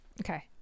okay